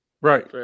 right